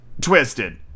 twisted